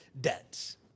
debts